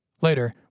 Later